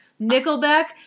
Nickelback